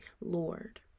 Lord